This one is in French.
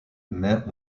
mais